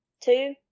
two